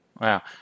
Wow